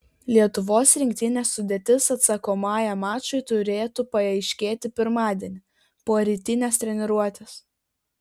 lietuvos rinktinės sudėtis atsakomajam mačui turėtų paaiškėti pirmadienį po rytinės treniruotės